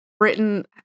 Britain